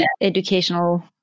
educational